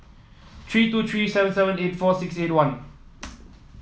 three two three seven seven eight four six eight one